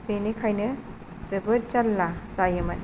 बेनिखाइनो जोबोद जाल्ला जायोमोन